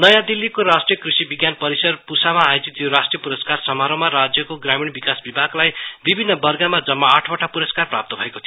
नयाँ दिल्लीको राष्ट्रीय कृषि विज्ञान परिसर पुसामा आयोजित यो राष्ट्रीय पुरस्कार समारोहमा राज्यको ग्रामीण विकास विभागलाई विभिन्न वर्गमा जम्मा आठवटा पुरस्कार प्रदान भएको थियो